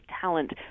talent